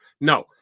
No